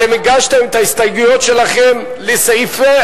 אתם הגשתם את ההסתייגויות שלכם לסעיפי